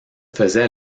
faisait